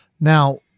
Now